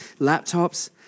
laptops